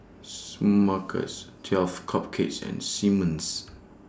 Smuckers twelve Cupcakes and Simmons